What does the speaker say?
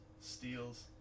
steals